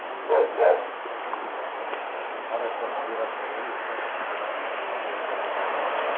जङ्गलतिर छोडिदिए पनि हुन्छ फरेस्ट बस्ती फरेस्ट बस्तीतिर छोडिदिए पनि हुन्छ बस्तीतिर जङ्गलतिर गएर गाईहरूले